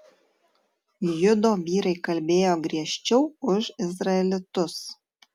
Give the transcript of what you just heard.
judo vyrai kalbėjo griežčiau už izraelitus